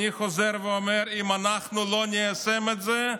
אני חוזר ואומר: אם אנחנו לא ניישם את זה,